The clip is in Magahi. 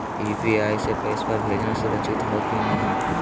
यू.पी.आई स पैसवा भेजना सुरक्षित हो की नाहीं?